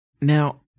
Now